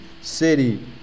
city